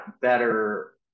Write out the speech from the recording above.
better